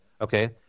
okay